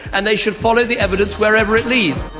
and they should follow the evidence wherever it leads.